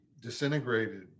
disintegrated